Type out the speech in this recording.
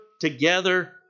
together